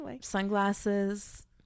sunglasses